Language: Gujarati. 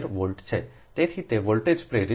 તેથી તે વોલ્ટેજ પ્રેરિત ટેલિફોન લાઇન 3